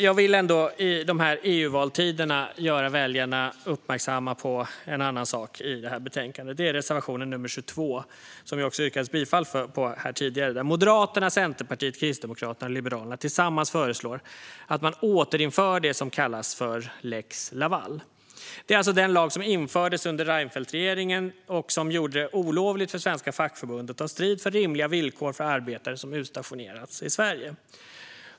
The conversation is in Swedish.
Jag vill i dessa EU-valstider göra väljarna uppmärksamma på en annan sak i det här betänkandet, nämligen reservation nr 22, som det också yrkades bifall till här tidigare. Där föreslår Moderaterna, Centerpartiet, Kristdemokraterna och Liberalerna tillsammans att man återinför det som kallas för lex Laval. Det är den lag som infördes under Reinfeldtregeringen och som gjorde det olovligt för svenska fackförbund att ta strid för rimliga villkor för arbetare som utstationerats i Sverige.